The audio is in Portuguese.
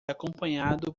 acompanhado